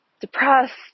depressed